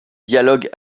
dialogue